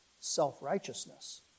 self-righteousness